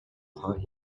haunt